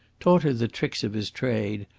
taught her the tricks of his trade,